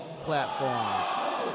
platforms